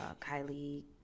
Kylie